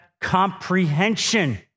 comprehension